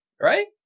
Right